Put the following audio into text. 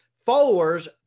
followers